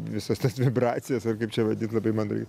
visas tas vibracijas ar kaip čia vadina labai mandrai